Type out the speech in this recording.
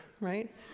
right